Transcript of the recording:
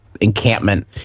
encampment